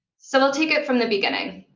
so i'll take it from the beginning.